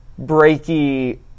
breaky